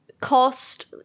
Cost